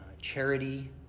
charity